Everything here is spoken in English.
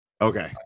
Okay